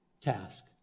task